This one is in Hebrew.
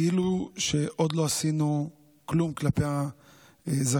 כאילו שעוד לא עשינו כלום כלפי הזכאים.